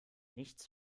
nichts